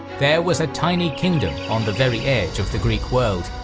there was a tiny kingdom on the very edge of the greek world,